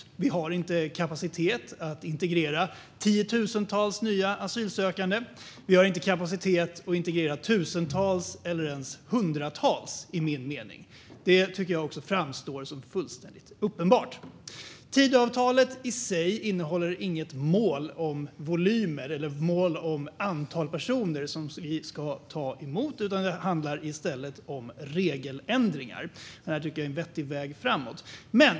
Jag menar att vi inte har kapacitet att integrera tiotusentals nya asylsökande, inte heller tusentals eller ens hundratals. Detta framstår också som fullständigt uppenbart. Tidöavtalet i sig innehåller inget mål om volymer eller antal personer som vi ska ta emot, utan det handlar i stället om regeländringar, vilket jag tycker är en vettig väg framåt.